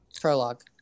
Prologue